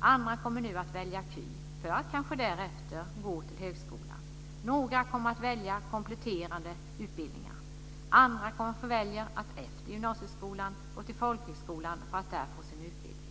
Andra kommer nu att välja KY för att kanske därefter gå till högskolan. Några kommer att välja kompletterande utbildningar. Andra kanske väljer att efter gymnasieskolan gå till folkhögskolan för att där få sin utbildning.